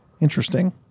Interesting